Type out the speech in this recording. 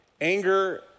Anger